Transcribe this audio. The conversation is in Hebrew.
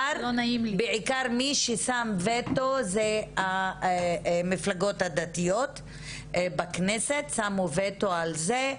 בעיקר מי שהטיל וטו אלה המפלגות הדתיות בכנסת שהטילו וטו על זה,